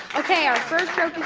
ok, our first joke